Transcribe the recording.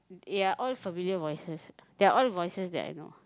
they are all familiar voices they are all voices that I know